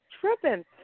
tripping